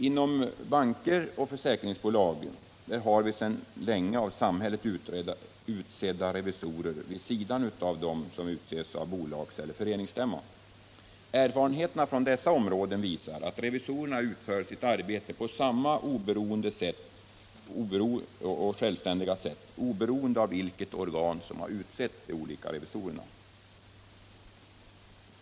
Inom banker och försäkringsbolag har vi sedan länge av samhället utsedda revisorer vid sidan av de av bolagseller föreningsstämma utsedda. Erfarenheterna från dessa områden visar att revisorerna utför sitt arbete på samma självständiga sätt oberoende av vilket organ som utsett de olika revisorerna.